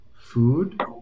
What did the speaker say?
Food